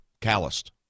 calloused